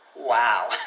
wow